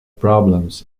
problems